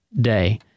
day